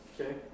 Okay